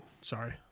Sorry